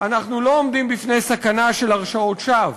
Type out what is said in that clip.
אנחנו לא עומדים בפני סכנה של הרשעות שווא,